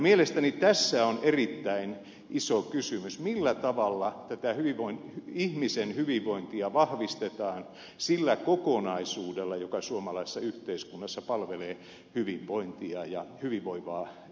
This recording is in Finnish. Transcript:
mielestäni tässä on erittäin iso kysymys millä tavalla tätä ihmisen hyvinvointia vahvistetaan sillä kokonaisuudella joka suomalaisessa yhteiskunnassa palvelee hyvinvointia ja hyvinvoivaa elämää